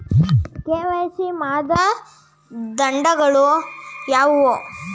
KYC ಮಾನದಂಡಗಳು ಯಾವುವು?